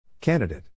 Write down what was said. Candidate